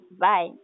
Bye